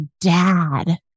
dad